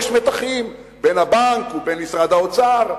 יש מתחים בין הבנק ובין משרד האוצר,